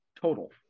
total